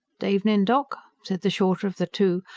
d evenin, doc, said the shorter of the two,